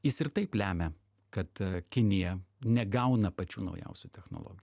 jis ir taip lemia kad kinija negauna pačių naujausių technologijų